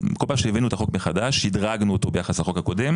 שהבאנו את החוק מחדש שידרגנו אותו ביחס לחוק הקודם